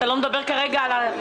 אתה לא מדבר כרגע על זה?